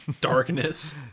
Darkness